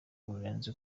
burenze